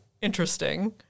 interesting